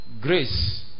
grace